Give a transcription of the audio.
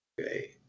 Okay